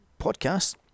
podcast